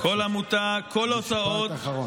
כל עמותה, כל הוצאות.